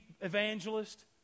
evangelist